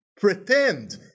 pretend